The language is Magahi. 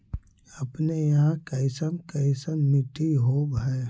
अपने यहाँ कैसन कैसन मिट्टी होब है?